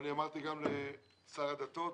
ואמרתי גם לשר הדתות: